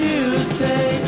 Tuesday